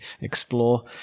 explore